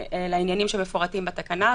לעניינים המפורטים בתקנה.